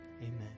amen